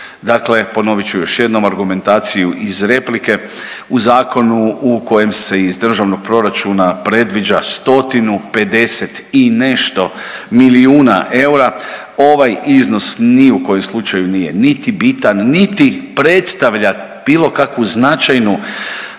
Dakle, ponovit ću još jednom argumentaciju iz replike. U zakonu u kojem se iz državnog proračuna predviđa stotinu i pedeset i nešto milijuna eura ovaj iznos ni u kojem slučaju nije niti bitan, niti predstavlja bilo kakvu značajnu